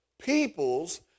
people's